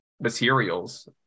materials